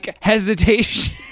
hesitation